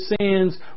sins